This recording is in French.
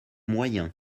moyen